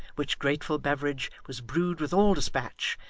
which grateful beverage was brewed with all despatch,